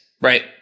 right